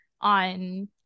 on